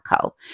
co